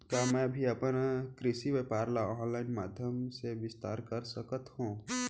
का मैं भी अपन कृषि व्यापार ल ऑनलाइन माधयम से विस्तार कर सकत हो?